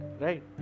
right